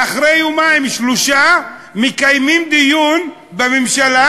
ואחרי יומיים-שלושה מקיימים דיון בממשלה